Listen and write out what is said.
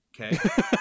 okay